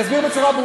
תהיה רשימה שחורה.